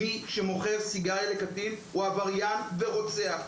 מי שמוכר סיגריה לקטין הוא עבריין ורוצח,